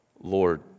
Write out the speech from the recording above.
Lord